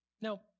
Now